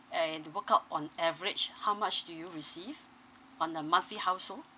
and work out on average how much do you receive on a monthly household